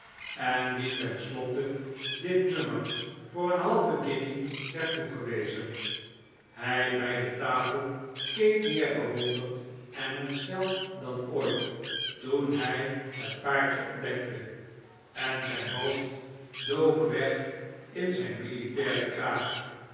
en wie ten slotte dit nummer voor een halve guinje werd toegewezen hij bij de tafel keek meer verwonderd en ontsteld dan ooit toen hij het paartje ontdekte en zijn hoofd dook weg in zijn militairen kraag